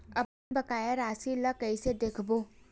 अपन बकाया राशि ला कइसे देखबो?